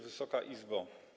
Wysoka Izbo!